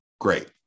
great